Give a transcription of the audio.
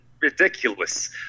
ridiculous